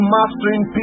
Mastering